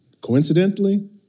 coincidentally